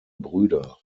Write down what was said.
brüder